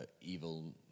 evil